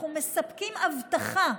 אנחנו מספקים אבטחה,